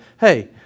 hey